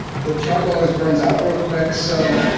the charcoal always burns out real quick so,